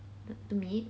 to meet